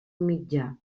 mitjà